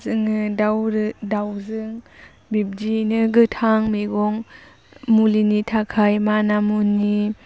जोङो दाउ दाउजों बिब्दियैनो गोथां मैगं मुलिनि थाखाय माना मुनि